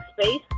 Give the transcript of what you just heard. space